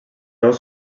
ous